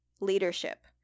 leadership